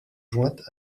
jointes